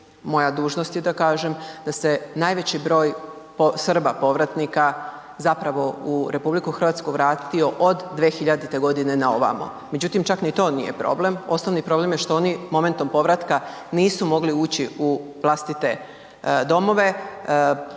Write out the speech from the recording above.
moja dužnost je da kažem, da se najveći broj Srba povratnika zapravo u RH vratio od 2000.godine na ovamo. Međutim, čak ni to nije problem, osnovni problem je što oni momentom povratka nisu mogli ući u vlastite domove,